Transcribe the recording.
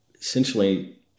essentially